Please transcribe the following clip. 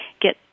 get –